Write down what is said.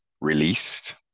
released